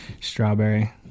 Strawberry